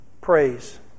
Praise